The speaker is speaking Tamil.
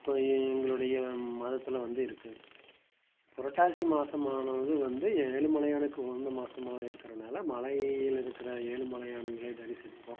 கோயி எங்களுடைய மதத்தில் வந்து இருக்குது புரட்டாசி மாதமானது வந்து ஏழுமலையானுக்கு உகந்த மாதமா இருக்கிறனால மலையில் இருக்கிற ஏழுமலையான்களை தரிசிப்போம்